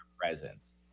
presence